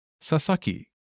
Sasaki